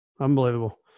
Unbelievable